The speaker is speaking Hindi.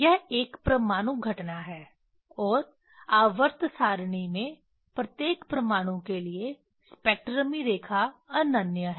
यह एक परमाणु घटना है और आवर्त सारणी में प्रत्येक परमाणु के लिए स्पेक्ट्रमी रेखा अनन्य है